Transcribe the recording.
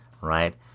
right